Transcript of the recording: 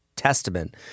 testament